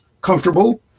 comfortable